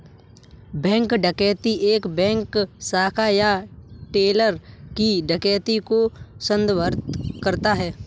bank डकैती एक bank शाखा या टेलर की डकैती को संदर्भित करता है